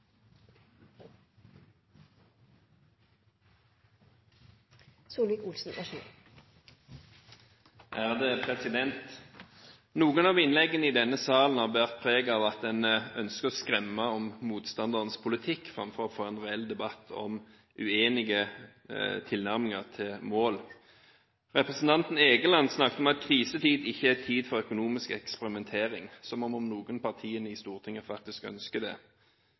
Noen av innleggene i denne sal har båret preg av at en ønsker å skremme om motstanderens politikk framfor å få en reell debatt om uenige tilnærminger til målet. Representanten Egeland snakket om at krisetid ikke er tid for økonomisk eksperimentering, som om noen partier i Stortinget faktisk ønsker det.